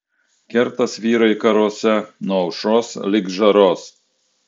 kertas vyrai karuose nuo aušros lig žaros